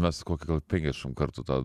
mes kokį gal penkiasdešim kartų tą